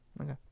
Okay